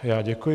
Já děkuji.